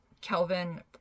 Kelvin